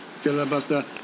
filibuster